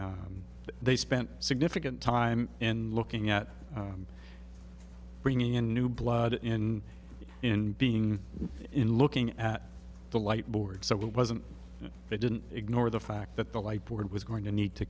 seem they spent significant time in looking at bringing in new blood in in being in looking at the light board so it wasn't that they didn't ignore the fact that the light board was going to need to